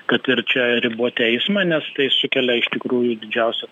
kad ir čia riboti eismą nes tai sukelia iš tikrųjų didžiausią